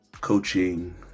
coaching